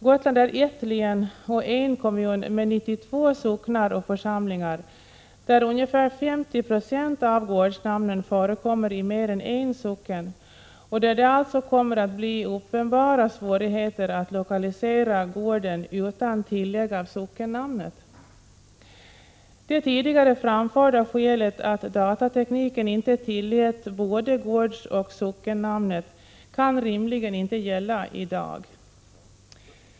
Gotland är ett län och en kommun med 92 socknar och församlingar, där ca 50 26 av gårdsnamnen förekommer i mer än en socken och där det alltså kommer att bli uppenbara svårigheter att lokalisera gården utan tillägg av sockennamnet. Det tidigare framförda skälet, att datatekniken inte tillät både gårdsoch sockennamnet, kan rimligen inte gälla i dag.